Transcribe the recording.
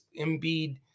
Embiid